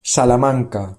salamanca